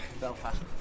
Belfast